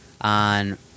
on